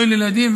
לא בילדים,